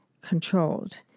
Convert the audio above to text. controlled